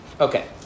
Okay